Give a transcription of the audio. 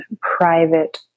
private